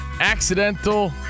Accidental